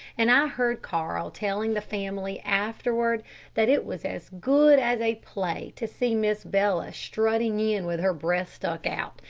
and i heard carl telling the family afterward that it was as good as a play to see miss bella strutting in with her breast stuck out,